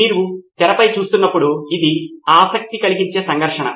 మీరు తెరపై చూసేటప్పుడు ఇది మీకు ఆసక్తి కలిగించే సంఘర్షణ